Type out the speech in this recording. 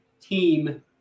team